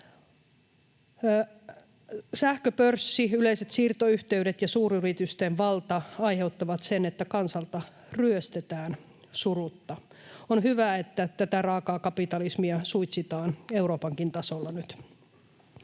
Sähköpörssi, yleiset siirtoyhteydet ja suuryritysten valta aiheuttavat sen, että kansalta ryöstetään surutta. On hyvä, että tätä raakaa kapitalismia suitsitaan Euroopankin tasolla nyt.